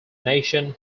nation